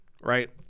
right